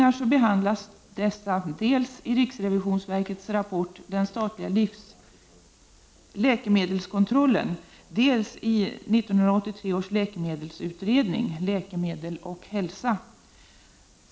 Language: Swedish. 1989/90:26 ningar behandlas dels i riksrevisonsverkets rapport om den statliga läkeme 15 november 1989 delskontrollen, dels i ett betänkande från 1983 års läkemedelsutredning, ZAÄA—A Läkemedel och hälsa.